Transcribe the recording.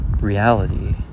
reality